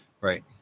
Right